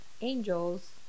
angels